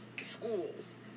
schools